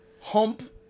hump